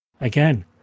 again